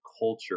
culture